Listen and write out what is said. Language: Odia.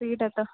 ସେଇଟା ତ